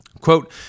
Quote